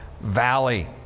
valley